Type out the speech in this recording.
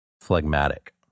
Phlegmatic